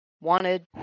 wanted